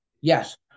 Yes